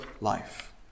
life